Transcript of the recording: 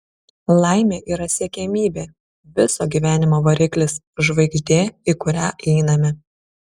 laimė yra siekiamybė viso gyvenimo variklis žvaigždė į kurią einame